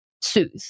soothe